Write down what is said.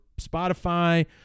Spotify